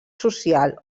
social